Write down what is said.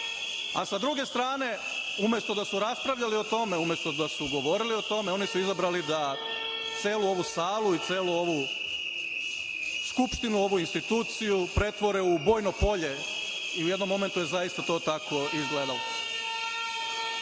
druge strane, umesto da su raspravljali o tome, umesto da su govorili o tome oni su izabrali da celu ovu salu i celu ovu Skupštinu, ovu instituciju pretvore u bojno polje, u jednom momentu je zaista to tako i izgledalo,